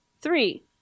Three